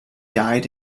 died